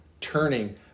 turning